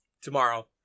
tomorrow